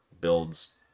builds